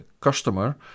customer